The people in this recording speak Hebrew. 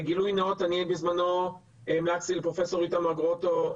גילוי נאות, אני בזמנו המלצתי לפרופ' איתמר גרוטו.